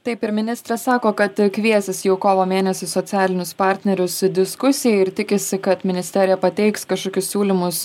taip ir ministras sako kad kviesis jau kovo mėnesį socialinius partnerius diskusijai ir tikisi kad ministerija pateiks kažkokius siūlymus